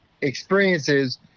experiences